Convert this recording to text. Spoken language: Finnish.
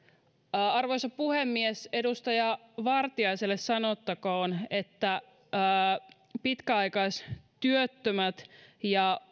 arvoisa puhemies edustaja vartiaiselle sanottakoon että pitkäaikaistyöttömät ja